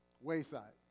Wayside